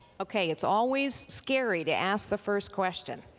okay, it's always scary to ask the first question.